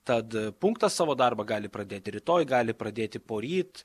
tad punktas savo darbą gali pradėti rytoj gali pradėti poryt